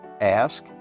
ask